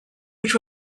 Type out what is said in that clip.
which